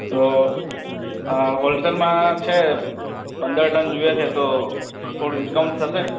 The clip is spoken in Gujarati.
તો હોલસેલમાં છે પંદર ટન જોઈએ છે તો થોડું ડિસ્કાઉન્ટ થશે